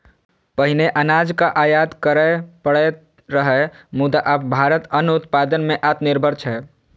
पहिने अनाजक आयात करय पड़ैत रहै, मुदा आब भारत अन्न उत्पादन मे आत्मनिर्भर छै